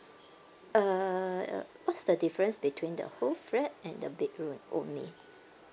err what's the difference between the whole flat and the bedroom and only